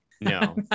No